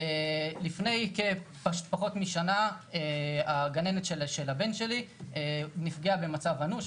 לפני פחות משנה הגננת של הבן שלי נפגעה במצב אנוש,